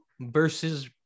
versus